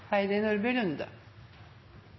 Heidi Nordby Lunde